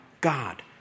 God